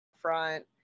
front